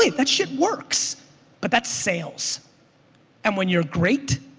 that shit works but that sales and when you're great,